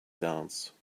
dance